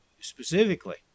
specifically